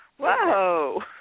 Whoa